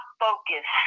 focus